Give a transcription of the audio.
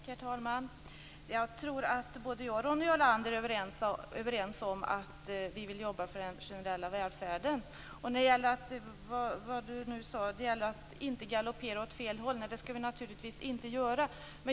Herr talman! Jag tror att jag och Ronny Olander är överens om att vi vill jobba för den generella välfärden. Galoppera åt fel håll skall vi naturligtvis inte göra.